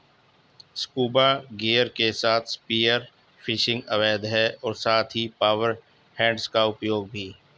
scuba gear के साथ spear fishing अवैध है और साथ ही पावर हेड्स का उपयोग भी